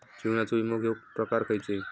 जीवनाचो विमो घेऊक प्रकार खैचे?